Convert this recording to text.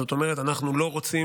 זאת אומרת, אנחנו לא רוצים